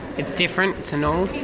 it's different to normal.